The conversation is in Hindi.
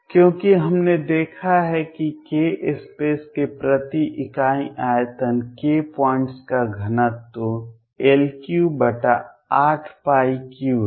क्योंकि हमने देखा है कि k स्पेस के प्रति इकाई आयतन k पॉइंट्स का घनत्व L383 है